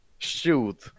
shoot